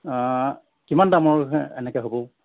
অঁ কিমান দামৰ এনেকৈ হ'ব